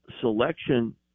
selection